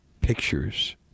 pictures